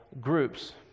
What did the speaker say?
groups